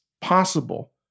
possible